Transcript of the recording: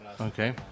Okay